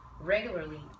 regularly